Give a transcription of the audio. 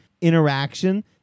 interaction